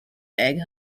egg